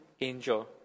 angel